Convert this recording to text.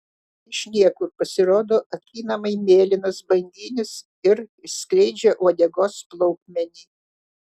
iš niekur pasirodo akinamai mėlynas banginis ir išskleidžia uodegos plaukmenį